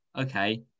Okay